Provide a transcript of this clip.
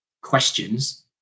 questions